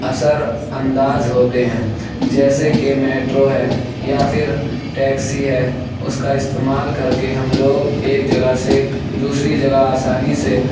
اثرانداز ہوتے ہیں جیسے کہ میٹرو ہے یا پھر ٹیکسی ہے اس کا استعمال کر کے ہم لوگ ایک جگہ سے دوسری جگہ آسانی سے